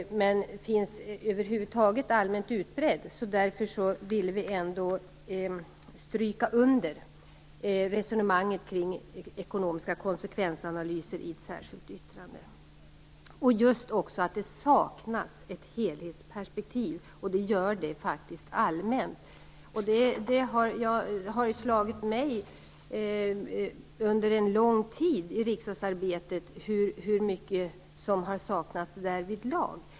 Men detta är allmänt utbrett över huvud taget, och vi ville därför i ett särskilt yttrande stryka under resonemanget kring ekonomiska konsekvensanalyser. Det saknas alltså ett helhetsperspektiv, och detta gäller allmänt. Under en lång tid i riksdagsarbetet har det slagit mig hur mycket som har saknats därvidlag.